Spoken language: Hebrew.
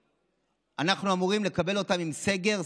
אנחנו אמורים לקבל את החגים עם סגר.